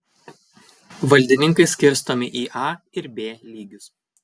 valdininkai skirstomi į a ir b lygius